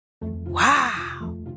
Wow